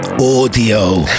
audio